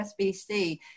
SBC